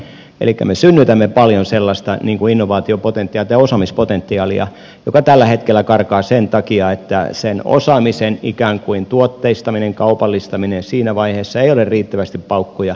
elikkä me synnytämme paljon sellaista innovaatiopotentiaalia tai osaamispotentiaalia joka tällä hetkellä karkaa sen takia että sen osaamisen tuotteistamiseen kaupallistamiseen siinä vaiheessa ei ole riittävästi paukkuja